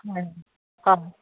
হয়